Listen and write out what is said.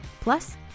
plus